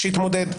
שיתמודד.